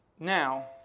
Now